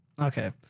Okay